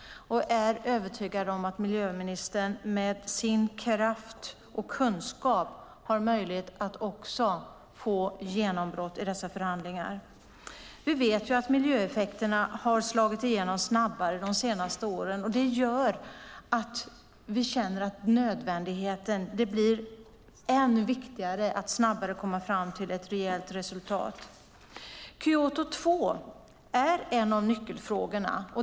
Jag är övertygad om att miljöministern med sin kraft och kunskap har möjlighet att nå genombrott i dessa förhandlingar. Vi vet att miljöeffekterna slagit igenom snabbare de senaste åren. Det gör att vi känner att det blir än viktigare att snabbt komma fram till ett rejält resultat. Kyoto 2 är en av nyckelfrågorna.